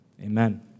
amen